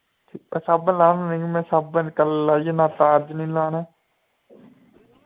साबन में लाना निं ऐ कल्ल में साबन लाइयै न्हाता हा अज्ज लाना निं ऐ